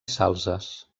salzes